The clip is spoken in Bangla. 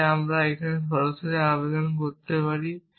তাই এখন আমি আরও সরাসরি আবেদন করতে পারি